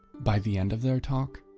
by the end of their talk,